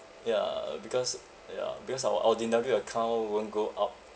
ya because ya because our ordinary account won't go up